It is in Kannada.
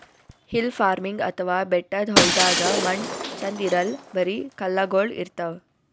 ಹಿಲ್ ಫಾರ್ಮಿನ್ಗ್ ಅಥವಾ ಬೆಟ್ಟದ್ ಹೊಲ್ದಾಗ ಮಣ್ಣ್ ಛಂದ್ ಇರಲ್ಲ್ ಬರಿ ಕಲ್ಲಗೋಳ್ ಇರ್ತವ್